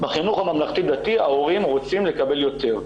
בחינוך הממלכתי-דתי ההורים רוצים לקבל יותר.